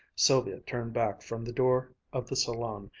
sylvia turned back from the door of the salon,